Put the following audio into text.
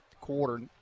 quarter